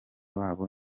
babo